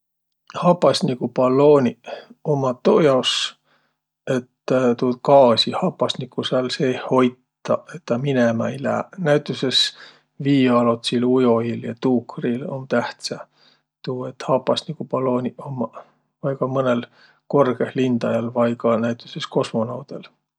Hapasniguballooniq ummaq tuujaos, et tuud gaasi, hapasnikku, sääl seeh hoitaq, et tä minemä ei lääq. Näütüses viialotsil ujojil ja tuukriil um tähtsä tuu, et hapasniguballooniq ummaq, vai ka mõnõl korgõh lindajal vai ka näütüses kosmonaudõl.